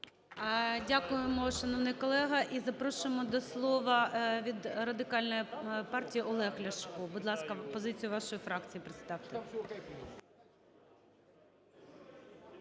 Дякуємо, шановний колега. І запрошуємо до слова від Радикальної партії Олег Ляшко. Будь ласка, позицію вашої фракції представте.